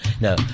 No